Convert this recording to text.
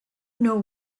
know